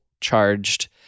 charged